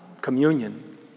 Communion